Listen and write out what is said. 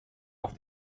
auf